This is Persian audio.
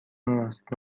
ماست